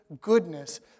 goodness